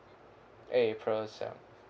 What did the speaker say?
april seven